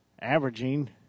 averaging